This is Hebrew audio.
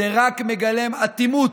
זה רק מגלם אטימות,